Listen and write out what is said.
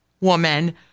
woman